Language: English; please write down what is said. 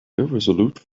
irresolute